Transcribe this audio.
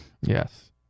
Yes